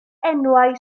enwau